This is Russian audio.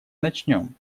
начнем